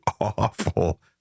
awful